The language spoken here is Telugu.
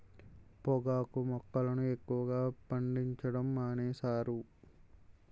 పొగాకు మొక్కలను ఎక్కువగా పండించడం మానేశారు